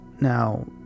now